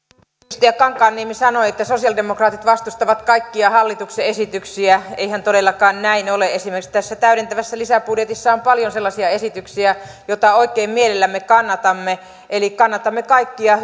kankaanniemi sanoi että sosialidemokraatit vastustavat kaikkia hallituksen esityksiä eihän todellakaan näin ole esimerkiksi tässä täydentävässä lisäbudjetissa on paljon sellaisia esityksiä joita oikein mielellämme kannatamme eli kannatamme kaikkia